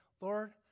Lord